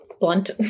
blunt